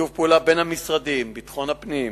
שיתוף פעולה בין המשרדים ביטחון פנים,